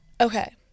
Okay